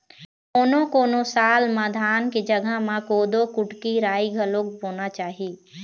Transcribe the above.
कोनों कोनों साल म धान के जघा म कोदो, कुटकी, राई घलोक बोना चाही